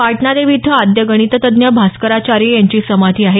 पाटणा देवी इथं आद्य गणिततज्ज्ञ भास्कराचार्य यांची समाधी आहे